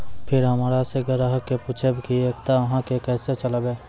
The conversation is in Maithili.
फिर हमारा से ग्राहक ने पुछेब की एकता अहाँ के केसे चलबै?